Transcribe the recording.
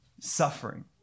suffering